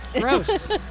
Gross